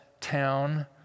town